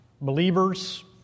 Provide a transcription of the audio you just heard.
believers